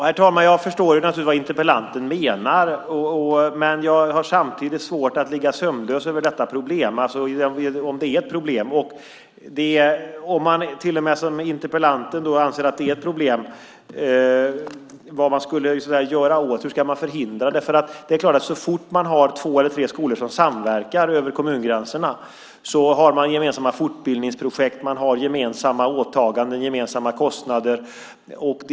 Herr talman! Jag förstår naturligtvis vad interpellanten menar, men jag har samtidigt svårt att ligga sömnlös över detta problem, om det nu är ett problem. Om man som interpellanten anser att det är ett problem, har jag svårt att se vad man skulle göra åt det och hur man kan förhindra det. Så fort man har två eller tre skolor som samverkar över kommungränserna har man gemensamma fortbildningsprojekt, gemensamma åtaganden och gemensamma kostnader.